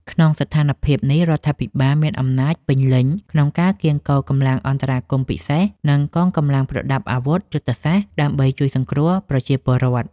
ក្នុងស្ថានភាពនេះ រដ្ឋាភិបាលមានអំណាចពេញលេញក្នុងការកៀងគរកម្លាំងអន្តរាគមន៍ពិសេស និងកងកម្លាំងប្រដាប់អាវុធយុទ្ធសាស្ត្រ ដើម្បីជួយសង្គ្រោះប្រជាពលរដ្ឋ។